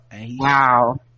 Wow